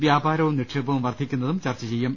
വ്യാപാ രവും നിക്ഷേപവും വർധിപ്പിക്കുന്നതും ചർച്ച ചെയ്യും